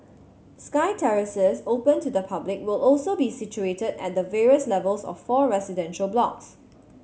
sky terraces open to the public will also be situated at the various levels of four residential blocks